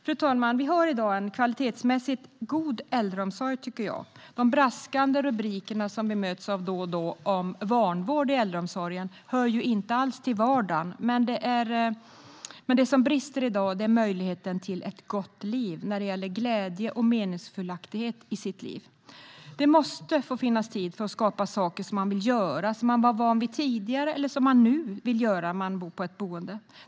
Fru talman! Vi har i dag en kvalitetsmässigt god äldreomsorg, tycker jag. De braskande rubriker om vanvård i äldreomsorgen som vi då och då möts av hör inte alls till vardagen. Men det som brister i dag är möjligheten till ett gott liv när det gäller glädje och meningsfullhet. Det måste få finnas tid för saker som man vill göra, som man tidigare varit van vid eller som man nu vill göra när man bor på ett boende.